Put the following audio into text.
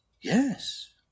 Yes